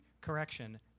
Correction